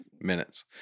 minutes